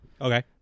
Okay